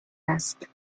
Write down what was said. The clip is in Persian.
است